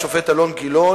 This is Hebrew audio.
השופט אלון גילון,